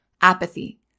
apathy